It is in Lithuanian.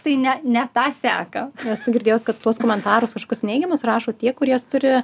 tai ne ne tą seka esu girdėjus kad tuos komentarus kažkokius neigiamus rašo tie kurie turi